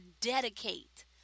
dedicate